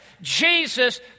Jesus